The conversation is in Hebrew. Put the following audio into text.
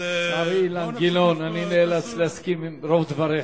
חברי אילן גילאון, אני נאלץ להסכים עם רוב דבריך.